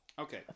okay